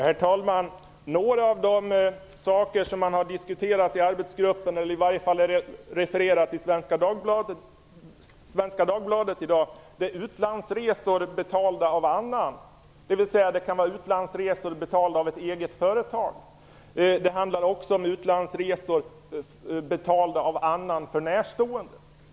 Herr talman! En av de saker som har diskuterats i arbetsgruppen, eller som i varje fall är refererat i Svenska Dagbladet i dag, är utlandsresor betalda av annan. Det kan vara utlandsresor betalda av ett eget företag. Det handlar också om utlandsresor för närstående betalda av annan.